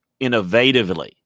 innovatively